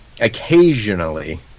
occasionally